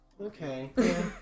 Okay